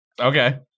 Okay